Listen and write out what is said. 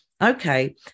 okay